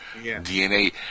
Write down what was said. DNA